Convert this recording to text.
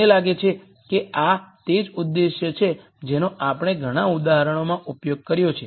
મને લાગે છે કે આ તે જ ઉદ્દેશ છે જેનો આપણે ઘણાં ઉદાહરણોમાં ઉપયોગ કર્યો છે